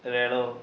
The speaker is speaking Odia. ରେଳ